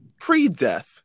pre-death